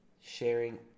sharing